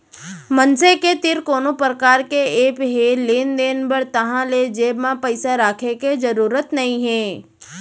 मनसे के तीर कोनो परकार के ऐप हे लेन देन बर ताहाँले जेब म पइसा राखे के जरूरत नइ हे